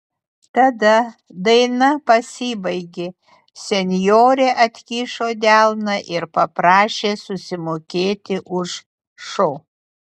tada daina pasibaigė senjorė atkišo delną ir paprašė susimokėti už šou